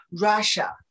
Russia